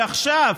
אבל עכשיו,